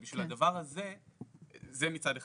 זה מצד אחד.